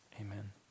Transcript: Amen